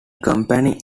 company